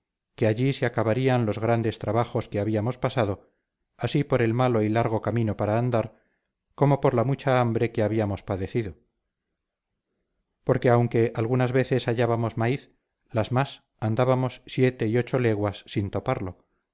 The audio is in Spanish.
que allí se acabarían los grandes trabajos que habíamos pasado así por el malo y largo camino para andar como por la mucha hambre que habíamos padecido porque aunque algunas veces hallábamos maíz las más andábamos siete y ocho leguas sin toparlo